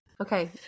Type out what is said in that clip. Okay